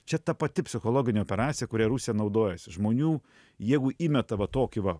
čia ta pati psichologinė operacija kuria rusija naudojasi žmonių jeigu įmeta va tokį va